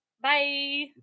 Bye